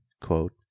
quote